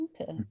Okay